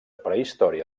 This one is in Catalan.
prehistòria